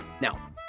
Now